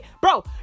Bro